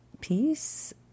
peace